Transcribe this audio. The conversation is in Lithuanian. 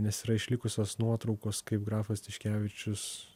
nes yra išlikusios nuotraukos kaip grafas tiškevičius